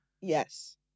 Yes